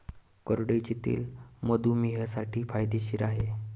करडईचे तेल मधुमेहींसाठी फायदेशीर आहे